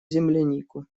землянику